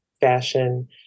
fashion